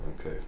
Okay